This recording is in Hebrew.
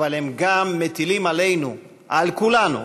אבל הם גם מטילים עלינו, על כולנו,